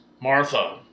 Martha